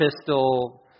pistol